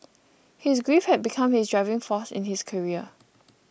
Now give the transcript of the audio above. his grief had become his driving force in his career